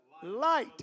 Light